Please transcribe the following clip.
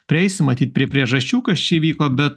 prieisim matyt prie priežasčių kas čia įvyko bet